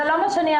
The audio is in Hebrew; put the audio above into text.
זה לא מה שאמרתי.